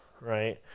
right